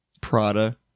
Prada